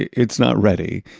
it's not ready.